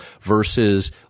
versus